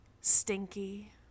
stinky